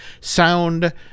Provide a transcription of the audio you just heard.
sound